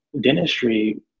dentistry